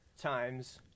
times